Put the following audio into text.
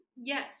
Yes